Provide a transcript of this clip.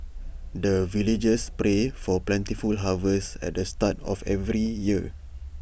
the villagers pray for plentiful harvest at the start of every year